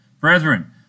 Brethren